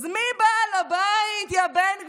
אז מי בעל הבית, יא בן גביר?